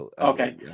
Okay